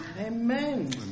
Amen